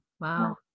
Wow